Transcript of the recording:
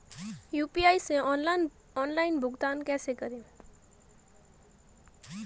UPI से online भुगतान कैसे करें?